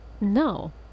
No